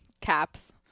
caps